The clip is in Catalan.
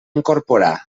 incorporar